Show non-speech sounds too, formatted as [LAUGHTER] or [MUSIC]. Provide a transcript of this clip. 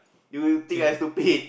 you you think I [LAUGHS] stupid